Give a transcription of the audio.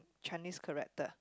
Chinese character